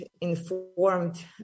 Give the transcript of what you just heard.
informed